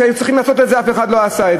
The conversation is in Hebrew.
שהיו צריכים לעשות ואף אחד לא עשה.